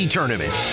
Tournament